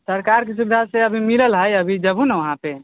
सरकार के सुविधा छै अभी मिलल है अभी जेबहू ने वहाँ पे